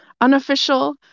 unofficial